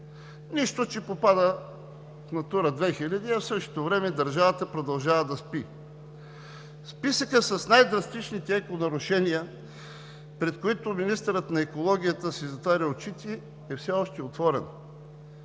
нищо че попада в „Натура 2000“, а в същото време държавата продължава да спи. Списъкът с най-драстичните еконарушения, пред които министърът на екологията си затваря очите, е все още отворен.